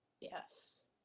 yes